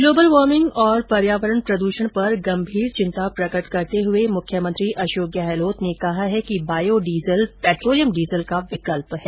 global warming और पर्यावरण प्रदूषण पर गंभीर चिन्ता प्रकट करते हुए मुख्यमंत्री अशोक गहलोत ने कहा है कि बायो डीजल पेट्रोलियम डीजल का विकल्प है